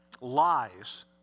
lies